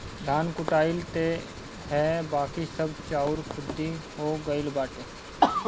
धान कुटाइल तअ हअ बाकी सब चाउर खुद्दी हो गइल बाटे